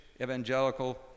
evangelical